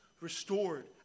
restored